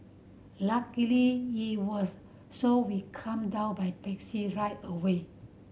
luckily it was so we come down by taxi right away